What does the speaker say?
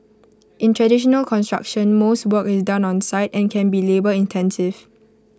in traditional construction most work is done on site and can be labour intensive